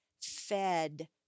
fed